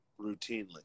Routinely